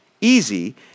Easy